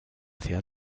ciudad